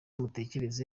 mutekereze